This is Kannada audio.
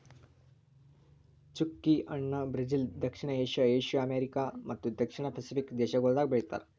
ಚ್ಚುಕಿ ಹಣ್ಣ ಬ್ರೆಜಿಲ್, ದಕ್ಷಿಣ ಏಷ್ಯಾ, ಏಷ್ಯಾ, ಅಮೆರಿಕಾ ಮತ್ತ ದಕ್ಷಿಣ ಪೆಸಿಫಿಕ್ ದೇಶಗೊಳ್ದಾಗ್ ಬೆಳಿತಾರ್